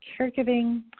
Caregiving